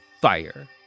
Fire